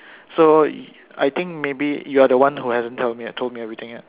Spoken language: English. so I think maybe you're the one who hasn't tell me told me everything yet